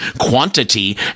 quantity